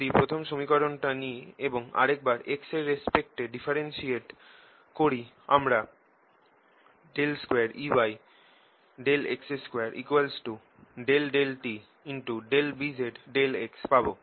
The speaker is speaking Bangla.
যদি প্রথম সমীকরণটা নি এবং আরেরবার x এর রেস্পেক্ট এ ডিফারেন্সিয়েট করি আমরা 2Eyx2 ∂tBzx পাবো